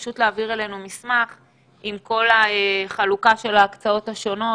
פשוט להעביר אלינו מסמך עם כל החלוקה של ההקצאות השונות,